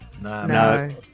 No